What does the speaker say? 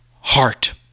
heart